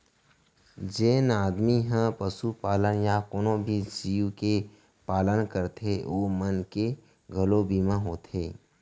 जेन आदमी ह पसुपालन या कोनों भी जीव के पालन करथे ओ मन के घलौ बीमा होथे